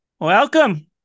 Welcome